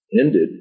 ended